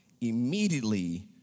immediately